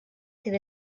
sydd